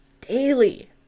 daily